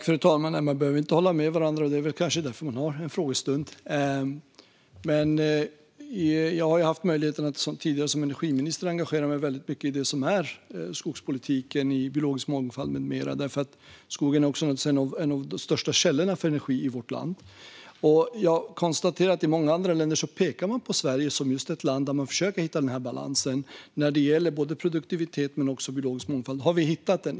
Fru talman! Man behöver inte hålla med varandra. Det är kanske därför vi har en frågestund. Jag har haft möjligheten att tidigare, som energiminister, engagera mig mycket i skogspolitiken, i biologisk mångfald med mera. Skogen är en av de största källorna för energi i vårt land. Jag konstaterar att i många andra länder pekar man på Sverige som ett land där man försöker hitta den här balansen mellan produktivitet och biologisk mångfald. Har vi hittat den?